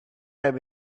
had